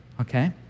okay